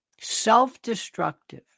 self-destructive